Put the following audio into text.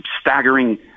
staggering